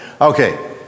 Okay